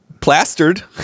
plastered